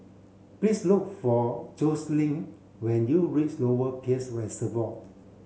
please look for Joselin when you reach Lower Peirce Reservoir